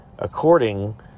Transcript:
According